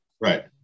right